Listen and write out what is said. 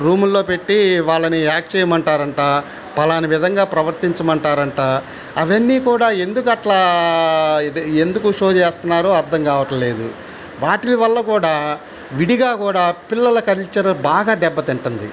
రూముల్లో పెట్టి వాళ్ళని యాక్ట్ చేయమంటారంట పలానా విధంగా ప్రవర్తించమంటారంట అవన్నీ కూడా ఎందుకు అట్లా ఎందుకు షో చేస్తున్నారో అర్థంకావట్లేదు వాటిలి వల్ల కూడా విడిగా కూడా పిల్లల కల్చర్ బాగా దెబ్బతింటుంది